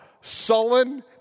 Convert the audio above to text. sullen